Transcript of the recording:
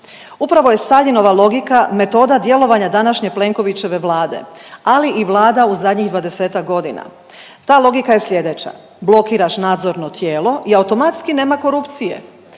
Upravo je Staljinova logika metoda djelovanja današnje Plenkovićeve Vlade, ali i vlada u zadnjih 20-ak godina. Ta logika je sljedeća, blokiraš nadzorno tijelo i automatski nema korupcije